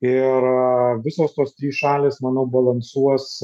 ir visos tos trys šalys manau balansuos